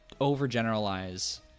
overgeneralize